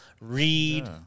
read